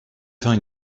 faire